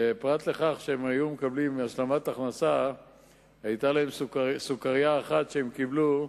פרט לכך שהם היו מקבלים השלמת הכנסה היתה להם סוכרייה אחת שהם קיבלו,